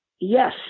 Yes